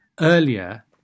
earlier